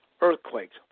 earthquakes